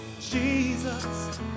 Jesus